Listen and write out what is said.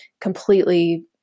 completely